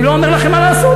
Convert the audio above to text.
אני לא אומר לכם מה לעשות.